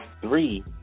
three